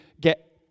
get